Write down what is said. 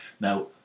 Now